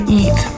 eat